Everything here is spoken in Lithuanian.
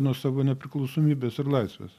nuo savo nepriklausomybės ir laisvės